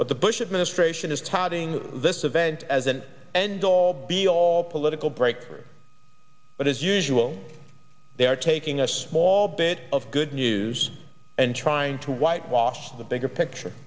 but the bush administration is touting this event as an end all be all political break but as usual they are taking a small bit of good news and trying to whitewash the bigger picture